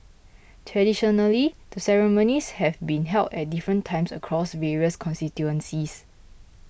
traditionally the ceremonies have been held at different times across various constituencies